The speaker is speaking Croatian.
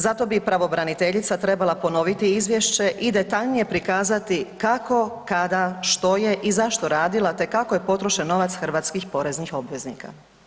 Zato bi pravobraniteljica trebala ponoviti izvješće i detaljnije prikazati kako, kada, što je i zašto radila te kako je potrošen novac hrvatskih poreznih obveznika.